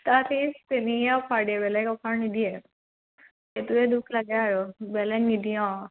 তাৰ পিছ চেনিহে অফাৰ দিয়ে বেলেগ অফাৰ নিদিয়ে সেইটোৱে দুখ লাগে আৰু বেলেগ নিদিয়ে অঁ